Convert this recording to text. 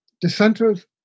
Dissenters